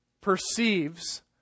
perceives